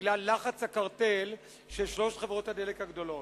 בגלל לחץ הקרטל של שלוש חברות הדלק הגדולות.